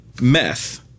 meth